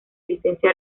licencia